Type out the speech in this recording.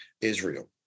Israel